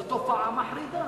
זאת תופעה מחרידה.